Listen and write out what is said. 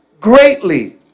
greatly